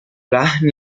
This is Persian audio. رهن